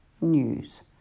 News